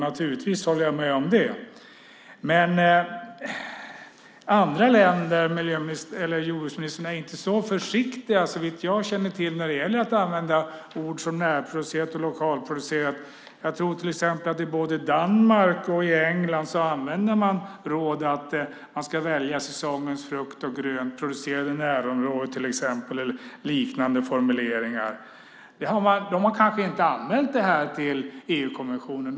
Naturligtvis håller jag med om det. Men andra länder, jordbruksministern, är inte så försiktiga, såvitt jag känner till, när det gäller att använda ord som närproducerat och lokalproducerat. Jag tror till exempel att man i både Danmark och England ger råd att man ska använda säsongens frukt och grönt producerat i närområdet eller liknande formuleringar. De har kanske inte anmält det till EU-kommissionen.